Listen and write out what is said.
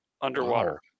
underwater